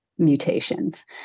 Mutations